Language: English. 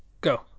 Go